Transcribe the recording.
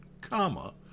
comma